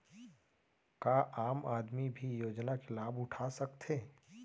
का आम आदमी भी योजना के लाभ उठा सकथे?